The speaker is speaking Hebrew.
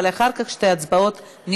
אבל אחר כך יהיו שתי הצבעות נפרדות.